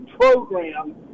program